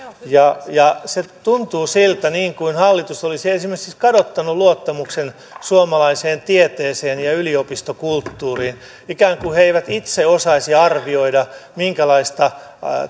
se tuntuu siltä niin kuin hallitus olisi esimerkiksi siis kadottanut luottamuksen suomalaiseen tieteeseen ja yliopistokulttuuriin ikään kuin ne eivät itse osaisi arvioida minkälaista